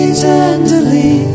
tenderly